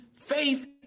faith